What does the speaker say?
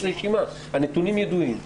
יש רשימה, הנתונים ידועים.